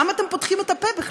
למה אתם פותחים את הפה בכלל?